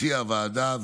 הציעה הוועדה,